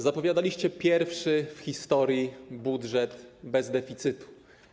Zapowiadaliście pierwszy w historii budżet bez deficytu.